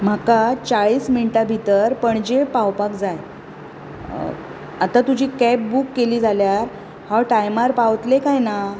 म्हाका चाळीस मिणटां भितर पणजे पावपाक जाय आतां तुजी कॅब बूक केली जाल्यार हांव टायमार पावतलें काय ना